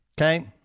Okay